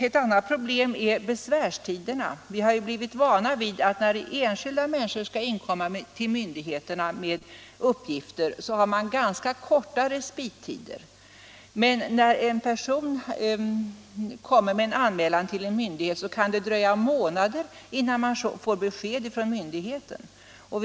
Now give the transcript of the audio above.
Ett annat problem i detta sammanhang är besvärstiderna. Vi har ju blivit vana vid att när enskilda människor skall inkomma till myndigheterna med uppgifter har man ganska korta respittider, men när en person kommer med en anmälan till en myndighet kan det dröja månader innan myndigheten lämnar besked.